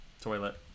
Toilet